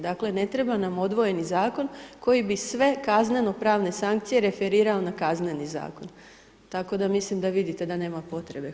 Dakle, ne treba nam odvojeni Zakon, koji bi sve kazneno pravne sankcije referirao na Kazneni zakon, tako da mislim da vidite da nema potrebe.